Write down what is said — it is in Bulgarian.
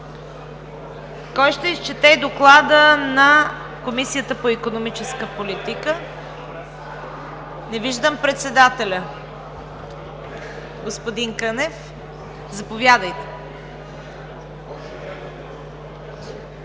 Кой ще изчете Доклада на Комисията по икономическа политика? Не виждам председателя – господин Кънев. Заповядайте.